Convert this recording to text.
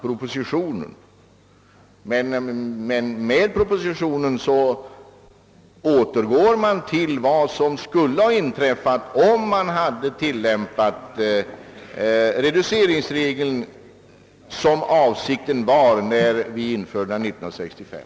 Propositionens förslag innebär att man återgår till vad som skulle ha inträffat om reduceringsregeln hade tillämpats så som avsikten var när den infördes 1965.